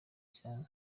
cyane